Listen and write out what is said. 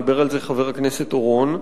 דיבר על זה חבר הכנסת אורון,